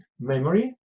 memory